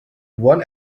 one